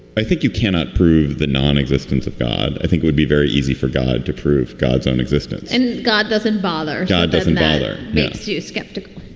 i think you cannot prove the non-existence of god. i think would be very easy for god to prove god's own existence and god doesn't bother god. doesn't matter makes you skeptical,